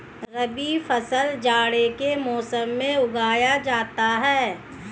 रबी फसल जाड़े के मौसम में उगाया जाता है